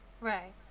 right